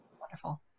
wonderful